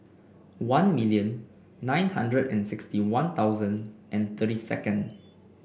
one million nine hundred and sixty One Thousand and thirty second